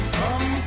come